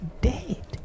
dead